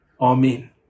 Amen